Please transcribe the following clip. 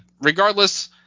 regardless –